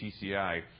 TCI